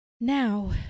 now